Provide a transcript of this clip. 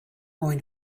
going